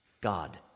God